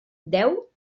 deu